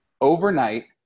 overnight